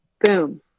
Boom